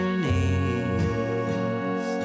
knees